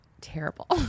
terrible